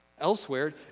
Elsewhere